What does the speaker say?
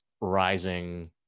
rising